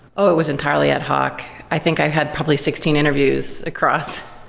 oh, it was entirely ad hoc. i think i had probably sixteen interviews across.